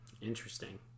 Interesting